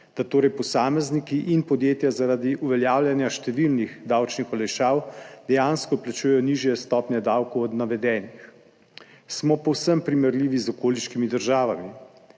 da torej posamezniki in podjetja zaradi uveljavljanja številnih davčnih olajšav dejansko plačujejo nižje stopnje davkov od navedenih. Smo povsem primerljivi z okoliškimi državami.